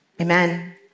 Amen